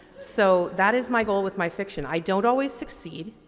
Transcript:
so, that is my goal with my fiction. i don't always succeed.